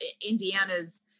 Indiana's